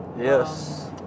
Yes